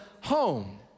home